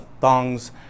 thongs